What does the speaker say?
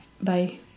Bye